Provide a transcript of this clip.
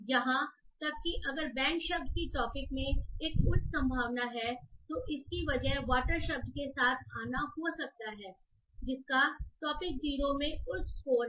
यहां तक कि अगर बैंक शब्द की टॉपिक में एक उच्च संभावना है तो इसकी वजह वॉटर शब्द के साथ आना हो सकता है जिसका टॉपिक 0 में उच्च स्कोर है